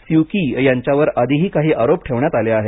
स्यु की यांच्यावर आधीही काही आरोप ठेवण्यात आले आहेत